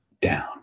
down